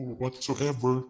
whatsoever